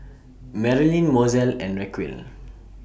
Merlyn Mozell and Racquel